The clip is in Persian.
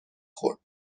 خورد